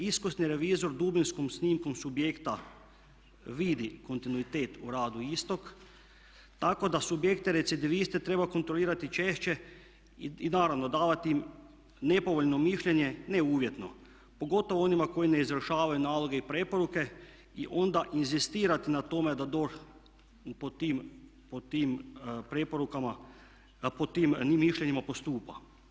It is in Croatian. Iskusni revizor dubinskom snimkom subjekta vidi kontinuitet u radu istog, tako da subjekte recidiviste treba kontrolirati češće i naravno davati im nepovoljno mišljenje ne uvjetno, pogotovo onima koji ne izvršavaju naloge i preporuke i onda inzistirati na tome da DORH po tim preporukama, po tim mišljenjima postupa.